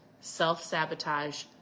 self-sabotage